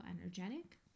energetic